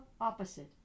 opposite